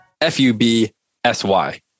F-U-B-S-Y